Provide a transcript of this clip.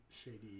Shady